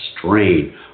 strain